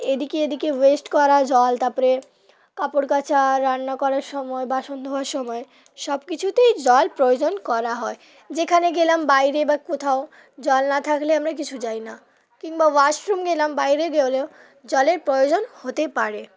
এদিকে এদিকে ওয়েস্ট করা জল তারপরে কাপড় কাচা রান্না করার সময় বাসন ধোয়ার সময় সব কিছুতেই জল প্রয়োজন করা হয় যেখানে গেলাম বাইরে বা কোথাও জল না থাকলে আমরা কিছু যাই না কিংবা ওয়াশরুম গেলাম বাইরে গেলেও জলের প্রয়োজন হতেই পারে